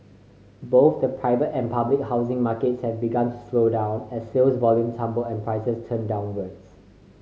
both the private and public housing markets have begun slow down as sales volume tumble and prices turn downwards